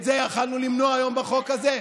את זה יכולנו למנוע היום בחוק הזה,